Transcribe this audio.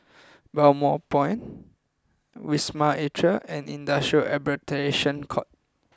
Balmoral Point Wisma Atria and Industrial Arbitration Court